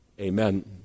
Amen